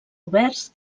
oberts